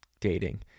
dating